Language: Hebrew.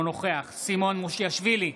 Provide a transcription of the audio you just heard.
אינו נוכח סימון מושיאשוילי,